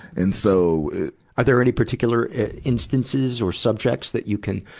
and so are there any particular instances or subjects that you can,